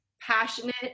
passionate